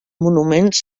monuments